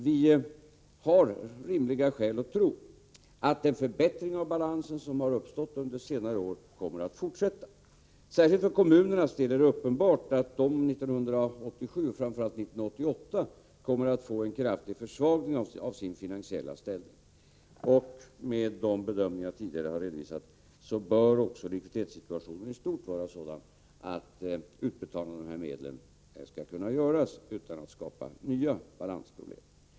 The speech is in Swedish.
Vi har dock rimliga skäl att tro att den förbättring av balansen som har uppstått under senare år kommer att fortsätta. Det är uppenbart att särskilt kommunernas finansiella ställning kommer att kraftigt försvagas 1987 och framför allt 1988. Med utgångspunkt i de bedömningar som jag tidigare har redovisat bör också likviditetssituationen i stort vara sådan att återbetalningarna av medlen i fråga skall kunna göras utan att det skapar nya balansproblem.